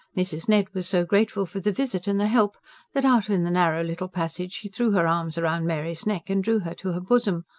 mrs. ned was so grateful for the visit and the help that, out in the narrow little passage, she threw her arms round mary's neck and drew her to her bosom.